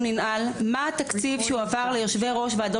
ננעלה בשעה